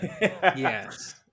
yes